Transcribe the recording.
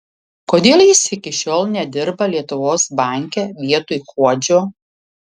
kodėl jis iki šiol nedirba lietuvos banke vietoj kuodžio